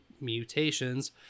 mutations